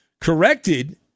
corrected